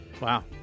Wow